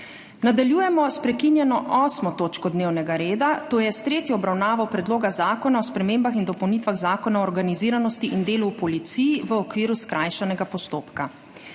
Nadaljujemo sprekinjeno 8. točko dnevnega reda, to je s tretjo obravnavo Predloga zakona o spremembah in dopolnitvah Zakona o organiziranosti in delu v policiji v okviru skrajšanega postopka.